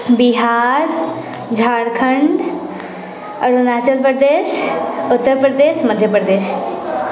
Bihar Jharkhand Arunachal Pradesh Uttar Pradesh Madhya Pradesh